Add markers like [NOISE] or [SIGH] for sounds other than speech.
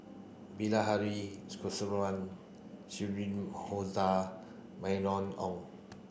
Bilahari [UNINTELLIGIBLE] Shirin [UNINTELLIGIBLE] Mylene Ong